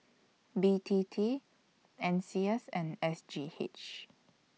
B T T N C S and S G H